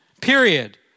period